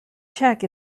check